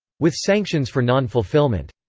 with sanctions for non-fulfillment.